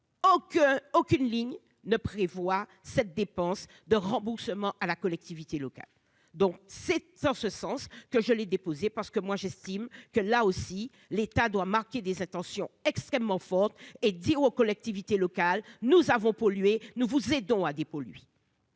aucune ligne ne prévoient cette dépense de remboursement à la collectivité locale, dont sept s'ce sens que je l'ai déposé parce que moi j'estime que là aussi, l'État doit marquer des intentions extrêmement forte et dire aux collectivités locales, nous avons pollué nous vous aidons à dépolluer.